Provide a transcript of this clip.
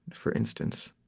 for instance,